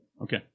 Okay